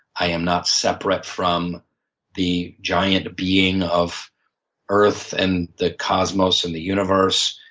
i am not separate from the giant being of earth and the cosmos and the universe,